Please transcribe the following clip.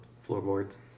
floorboards